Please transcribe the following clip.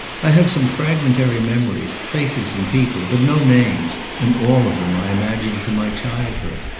i have some fragmentary memories, places and people, but no names, and all of them, i imagine from my childhood.